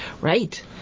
Right